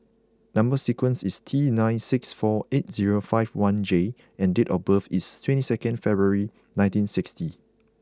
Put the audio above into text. number sequence is T nine six four eight zero five one J and date of birth is twenty second February nineteen sixty